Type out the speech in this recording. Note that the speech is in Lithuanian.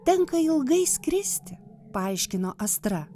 tenka ilgai skristi paaiškino astra